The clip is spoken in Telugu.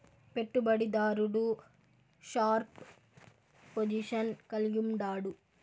పెట్టుబడి దారుడు షార్ప్ పొజిషన్ కలిగుండాడు